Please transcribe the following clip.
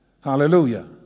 hallelujah